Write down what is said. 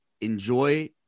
Enjoy